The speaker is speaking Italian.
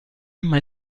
mai